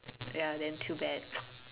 ya then too bad